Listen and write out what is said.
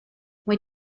wait